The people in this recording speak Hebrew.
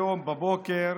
היום בבוקר